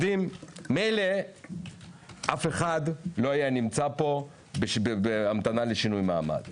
מילא אף אחד לא היה נמצא פה בהמתנה לשינוי מעמד.